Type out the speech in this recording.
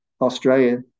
Australia